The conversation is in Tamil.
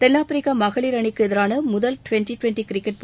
தென்னாப்பிரிக்கா மகளிர் அணிக்கு எதிரான முதல் டிவெண்டி டிவெண்டி கிரிக்கெட்